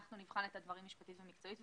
אנחנו נבחן את הדברים משפטית ומקצועית.